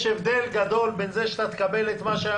יש הבדל גדול בין זה שאתה תקבל את מה שהיה